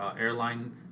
airline